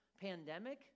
pandemic